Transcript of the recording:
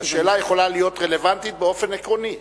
השאלה יכולה להיות רלוונטית באופן עקרוני.